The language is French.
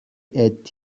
est